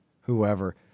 whoever